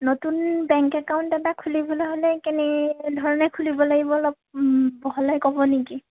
নতুন bank account এটা খুলিবলৈ হ'লে কেনেধৰণে খুলিব লাগিব অলপ বহলাই ক'ব নেকি